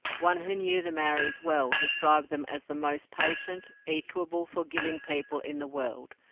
one who knew the maoris well described them as the most patient, equable, forgiving people in the world,